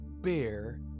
bear